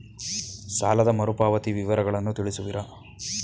ಸಾಲದ ಮರುಪಾವತಿ ವಿವರಗಳನ್ನು ತಿಳಿಸುವಿರಾ?